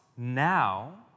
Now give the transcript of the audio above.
Now